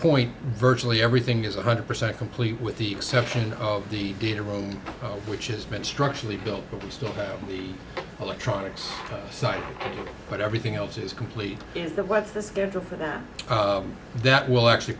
point virtually everything is one hundred percent complete with the exception of the data room which is meant structurally built but you still have the electronics side but everything else is complete is the what's the schedule for that that will actually